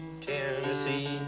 Tennessee